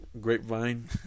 grapevine